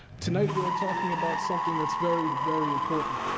tonight we're talking about something that's very, very important.